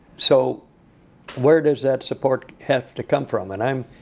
so where does that support have to come from? and um